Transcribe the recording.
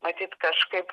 matyt kažkaip